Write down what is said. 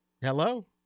Hello